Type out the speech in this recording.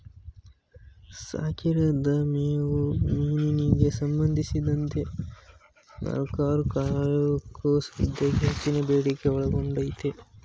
ಸಾಕಿರದ ಮೇವು ಮೀನಿಗೆ ಸಂಬಂಧಿಸಿದಂತೆ ಸಾಲ್ಮನ್ ಸಾಕೋದು ಸದ್ಯಕ್ಕೆ ಹೆಚ್ಚಿನ ಬೇಡಿಕೆ ಒಳಗೊಂಡೈತೆ